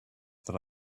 that